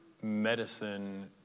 medicine